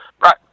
Right